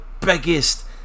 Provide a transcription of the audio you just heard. biggest